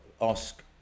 ask